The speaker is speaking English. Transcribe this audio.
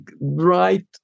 right